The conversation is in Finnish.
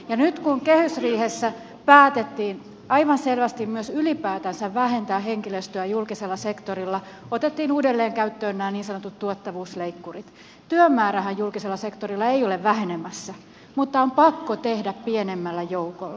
ja nyt kun kehysriihessä päätettiin aivan selvästi myös ylipäätänsä vähentää henkilöstöä julkisella sektorilla otettiin uudelleen käyttöön nämä niin sanotut tuottavuusleikkurit työn määrähän julkisella sektorilla ei ole vähenemässä mutta on pakko tehdä pienemmällä joukolla niin kysyisinkin